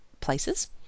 places